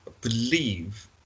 believe